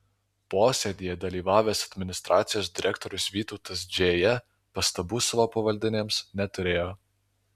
posėdyje dalyvavęs administracijos direktorius vytautas džėja pastabų savo pavaldinėms neturėjo